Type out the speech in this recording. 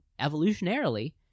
evolutionarily